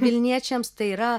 vilniečiams tai yra